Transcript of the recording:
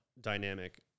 dynamic